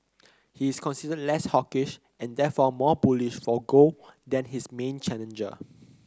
he is considered less hawkish and therefore more bullish for gold than his main challenger